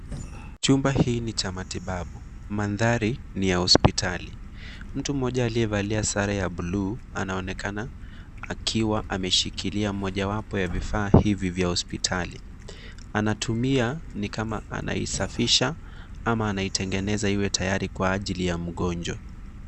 Chumba hii ni cha matibabu, mandhari ni ya hospitali. Mtu moja aliyevalia sare ya bluu anaonekana akiwa ameshikilia mojawapo ya vifaa hivi vya hospitali. Anaitumia ni kama anaisafisha ama anaitengeneza iwe tayari kwa ajili ya mgonjwa.